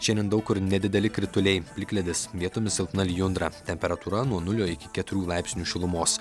šiandien daug kur nedideli krituliai plikledis vietomis silpna lijundra temperatūra nuo nulio iki keturių laipsnių šilumos